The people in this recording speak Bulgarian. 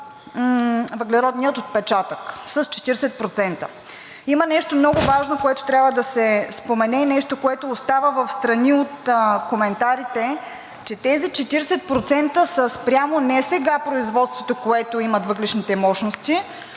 въглеродния отпечатък с 40%. Има нещо много важно, което трябва да се спомене, нещо, което остава встрани от коментарите, че тези 40% не са спрямо производството, което имат въглищните мощности